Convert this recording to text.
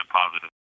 positive